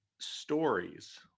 stories